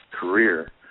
career